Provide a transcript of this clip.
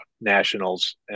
nationals